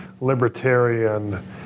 libertarian